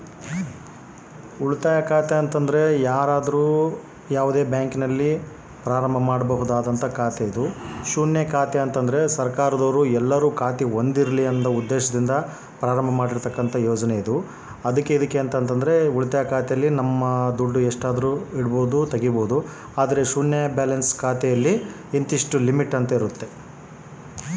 ಉಳಿತಾಯ ಖಾತೆ ಮತ್ತೆ ಶೂನ್ಯ ಬ್ಯಾಲೆನ್ಸ್ ಖಾತೆ ವ್ಯತ್ಯಾಸ ತಿಳಿಸಿ?